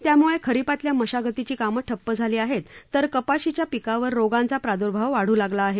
यामुळे खरिपातल्या मशागतीची कामं ठप्प झाली आहेत तर कपाशीच्या पिकावर रोगांचा प्रादुर्भाव वाढू लागला आहे